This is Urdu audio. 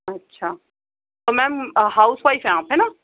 اچھا تو میم ہاؤس وائف ہیں آپ ہے نا